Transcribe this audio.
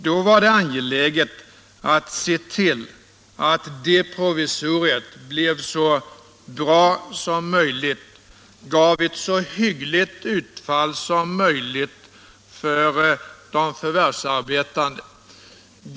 Då var det angeläget att se till att det provisoriet blev så bra som möjligt, gav ett så hyggligt utfall som möjligt för de förvärvsarbetande.